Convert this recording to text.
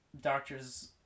doctors